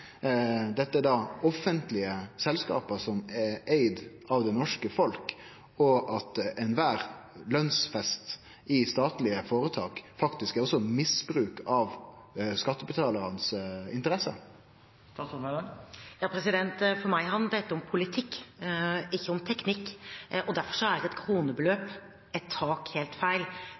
dette er offentlege selskap som er eigde av det norske folk – og at kvar lønsfest i statlege føretak faktisk også er misbruk av skattebetalaranes interesser? For meg handler dette om politikk, ikke om teknikk. Derfor er et kronebeløp, et tak, helt feil.